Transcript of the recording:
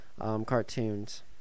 cartoons